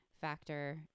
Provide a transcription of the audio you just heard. factor